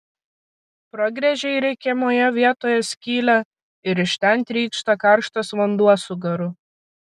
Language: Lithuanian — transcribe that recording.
pragręžei reikiamoje vietoje skylę ir iš ten trykšta karštas vanduo su garu